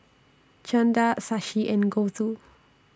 Chanda Shashi and Gouthu